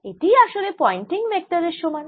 এটি আসলে পয়েন্টিং ভেক্টরের সমান